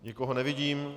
Nikoho nevidím.